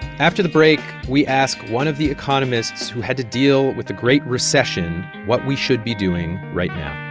after the break, we ask one of the economists who had to deal with the great recession what we should be doing right now